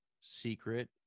secret